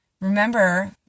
Remember